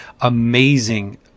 amazing